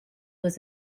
was